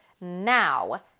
Now